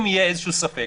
אם יהיה איזשהו ספק,